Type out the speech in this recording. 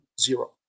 zero